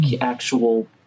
actual